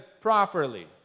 properly